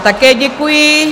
Také děkuji.